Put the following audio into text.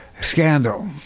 Scandal